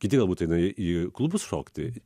kiti galbūt eina į klubus šokti